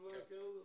כן.